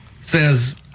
says